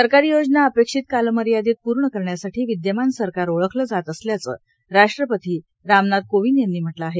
सरकारी योजना अपेक्षित कालमर्यादेत पूर्ण करण्यासाठी विदयमान सरकार ओळखलं जात असल्याचं राष्ट्रपती रामनाथ कोविंद यांनी म्हटलं आहे